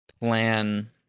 plan